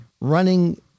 running